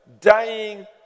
dying